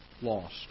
lost